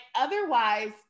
otherwise